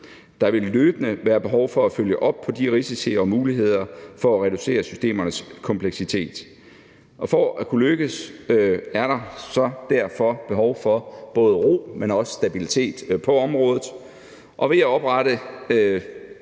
Der vil løbende være behov for at følge op på de risici og muligheder for at reducere systemernes kompleksitet. For at kunne lykkes med det, er der derfor behov for både ro, men også stabilitet på området, og ved at oprette